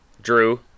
Drew